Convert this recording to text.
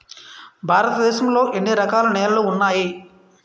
భారతదేశం లో ఎన్ని రకాల నేలలు ఉన్నాయి?